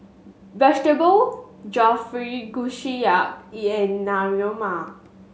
Vegetable Jalfrezi Kushiyaki and Naengmyeon